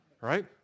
right